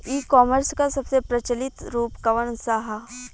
ई कॉमर्स क सबसे प्रचलित रूप कवन सा ह?